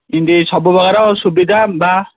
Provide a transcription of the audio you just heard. ଯେମିତି ସବୁ ପକାର ସୁବିଧା ବା